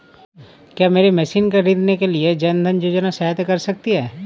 क्या मेरी मशीन को ख़रीदने के लिए जन धन योजना सहायता कर सकती है?